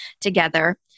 together